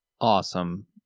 Awesome